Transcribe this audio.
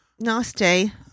nasty